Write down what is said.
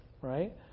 right